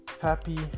Happy